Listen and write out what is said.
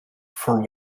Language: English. for